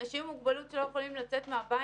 אנשים עם מוגבלות שלא יכולים לצאת מהבית,